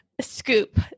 scoop